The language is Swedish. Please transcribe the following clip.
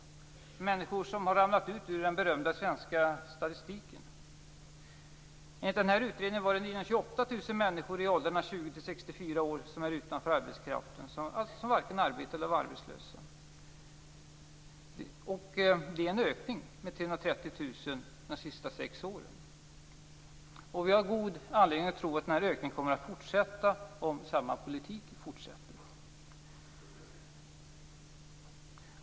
Det är människor som har ramlat ut ur den berömda svenska statistiken. Enligt den här utredningen är det 928 000 människor i åldrarna 20-64 år som står utanför arbetskraften, som alltså varken arbetar eller är arbetslösa. Det är en ökning med 330 000 de sista sex åren. Vi har god anledning att tro att den här ökningen kommer att fortsätta om samma politik förs i fortsättningen.